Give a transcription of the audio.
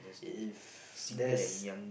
if there's